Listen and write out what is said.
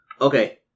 Okay